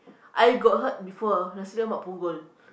I got heard before nasi-lemak Punggol